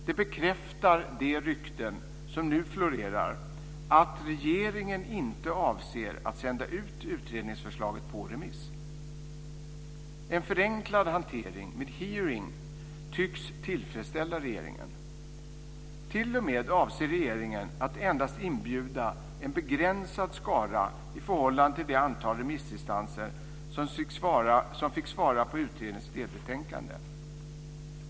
Det bekräftar de rykten som nu florerar att regeringen inte avser att sända ut utredningsförslaget på remiss. En förenklad hantering med hearing tycks tillfredsställa regeringen. Regeringen avser t.o.m. att endast inbjuda en begränsad skara i förhållande till det antal remissinstanser som fick svara på utredningens delbetänkande.